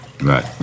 Right